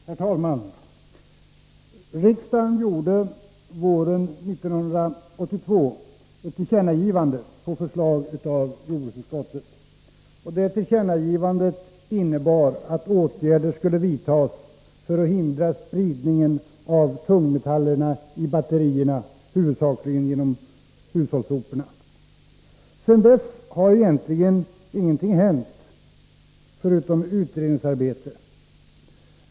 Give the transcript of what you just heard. Herr talman! Riksdagen gjorde våren 1982 ett tillkännagivande på förslag av jordbruksutskottet. Tillkännagivandet innebar att åtgärder skulle vidtas för att hindra spridningen av tungmetallar i batterier, huvudsakligen genom hushållssoporna. Sedan dess har egentligen ingenting skett, förutom utredningsarbete.